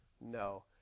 No